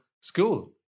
school